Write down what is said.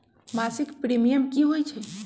मासिक प्रीमियम की होई छई?